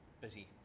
busy